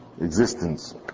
existence